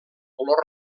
color